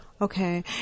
Okay